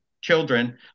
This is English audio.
children